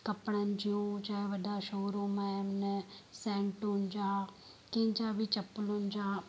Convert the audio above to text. कपिड़नि जूं चाहे वॾा वॾा शोरूम आहिनि सैंटूनि जा कंहिंजा बि चम्पलुनि जा